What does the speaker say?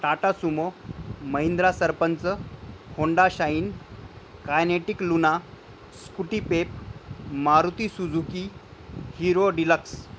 Tata Sumo Mahindra Sarpanch Honda Shine Kinetic Luna Scooty Pep Maruti Suzuki Hero deluxe